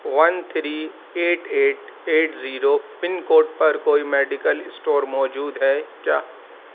one three eight eight eight zero pin code پر کوئی medical store موجود ہے کیا